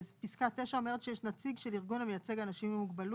פסקה 9 אומרת שיש נציג של ארגון המייצג אנשים עם מוגבלות.